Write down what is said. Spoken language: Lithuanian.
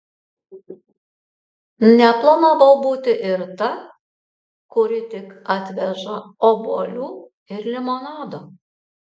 neplanavau būti ir ta kuri tik atveža obuolių ir limonado